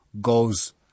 goes